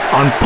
on